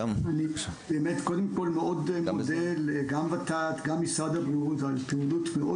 אני מודה מאוד לות"ת ולמשרד הבריאות על התכוונות מאוד